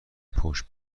پشت